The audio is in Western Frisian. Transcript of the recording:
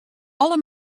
alle